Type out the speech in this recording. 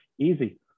Easy